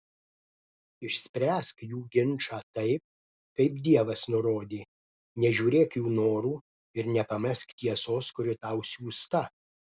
išspręsk jų ginčą taip kaip dievas nurodė nežiūrėk jų norų ir nepamesk tiesos kuri tau siųsta